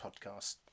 podcast